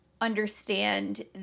understand